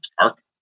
dark